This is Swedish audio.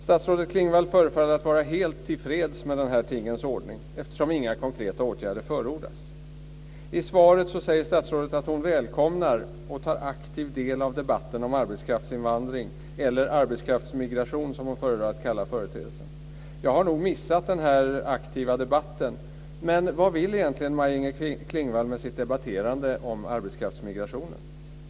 Statsrådet Klingvall förefaller vara helt tillfreds med denna tingens ordning eftersom inga konkreta åtgärder förordas. I svaret säger statsrådet att hon välkomnar och tar aktiv del av debatten om arbetskraftsinvandring - eller arbetskraftsmigration, som hon föredrar att kalla företeelsen. Jag har nog missat den aktiva debatten. Men vad vill egentligen Maj-Inger Klingvall med sitt debatterande om arbetskraftsmigrationen?